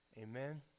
Amen